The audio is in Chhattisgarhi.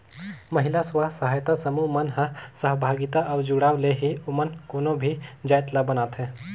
महिला स्व सहायता समूह मन ह सहभागिता अउ जुड़ाव ले ही ओमन कोनो भी जाएत ल बनाथे